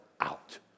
out